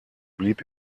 blieb